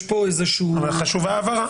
יש פה איזה שהוא -- אבל חשוב העבר.